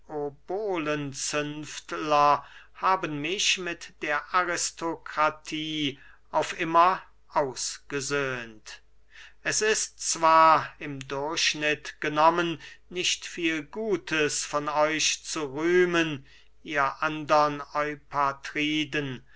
haben mich mit der aristokratie auf immer ausgesöhnt es ist zwar im durchschnitt genommen nicht viel gutes von euch zu rühmen ihr andern